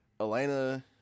Elena